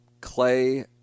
Clay